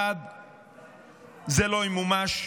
1. זה לא ימומש,